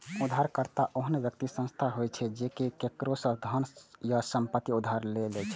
उधारकर्ता ओहन व्यक्ति या संस्था होइ छै, जे केकरो सं धन या संपत्ति उधार लै छै